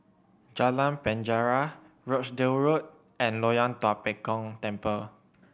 Jalan Penjara Rochdale Road and Loyang Tua Pek Kong Temple